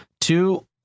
Two